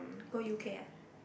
oh you care